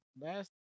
last